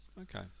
okay